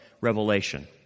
Revelation